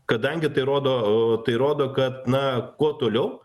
kadangi tai rodo tai rodo kad na kuo toliau